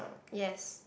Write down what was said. yes